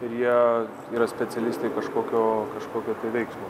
ir jie yra specialistai kažkokio kažkokio tai veiksmo